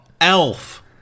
Elf